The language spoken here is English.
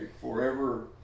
forever